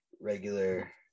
regular